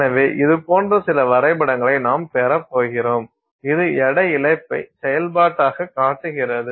எனவே இது போன்ற சில வரைபடங்களை நாம் பெறப் போகிறோம் இது எடை இழப்பை செயல்பாடாகக் காட்டுகிறது